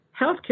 healthcare